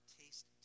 taste